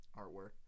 artwork